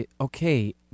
Okay